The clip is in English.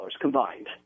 combined